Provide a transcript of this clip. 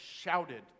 shouted